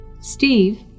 Steve